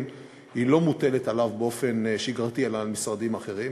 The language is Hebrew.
לא מוטלת עליו באופן שגרתי אלא על משרדים אחרים.